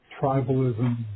tribalism